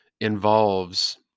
involves